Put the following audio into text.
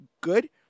good